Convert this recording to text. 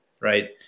Right